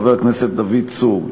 חבר הכנסת דוד צור.